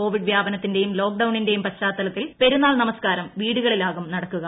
Covid വ്യാപനത്തിന്റെയും ലോക്ഡൌണിന്റെയും പശ്ചാത്തലത്തിൽ പെരുന്നാൾ നമസ്ക്കാരം വീടുകളിലാകും നടക്കുക